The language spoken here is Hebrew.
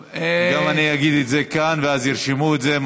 גם אני אומר את זה כאן, ואז ירשמו את זה.